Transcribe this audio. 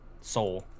soul